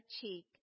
cheek